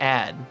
add